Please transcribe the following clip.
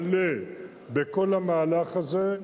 מלא, בכל המהלך הזה.